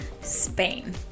Spain